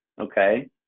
Okay